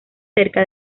cerca